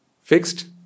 Fixed